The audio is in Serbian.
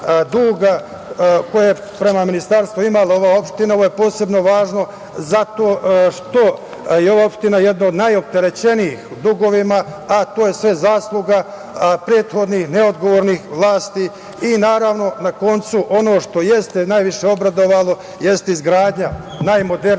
duga koje je prema Ministarstvu imala ova opština. Ovo je posebno važno zato što je ova opština jedna od najopterećenijih dugovima, a to je sve zasluga prethodnih neodgovornih vlasti. Naravno, na kraju, ono što je ste najviše obradovalo, jeste izgradnja najmodernije